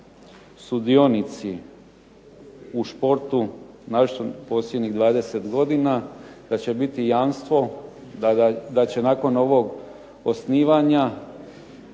sudionici u športu, u posljednjih 20 godina, da će biti jamstvo da će nakon ovog osnivanja